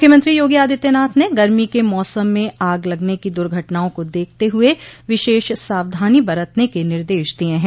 मुख्यमंत्री योगी आदित्यनाथ ने गर्मी के मौसम में आग लगने की दुर्घटनाओं को देखते हुए विशेष सावधानी बरतने क निर्देश दिये हैं